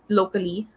locally